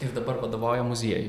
ir dabar vadovauji muziejui